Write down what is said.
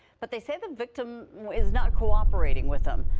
but they say the victim it is not cooperating with them.